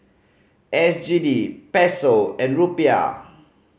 S G D Peso and Rupiah